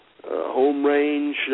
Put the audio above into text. home-range